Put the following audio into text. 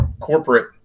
corporate